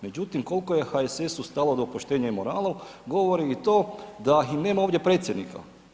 Međutim, koliko je HSS-u stalo do poštenja i morala govori i to da im nema ovdje predsjednika.